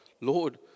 Lord